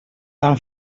tan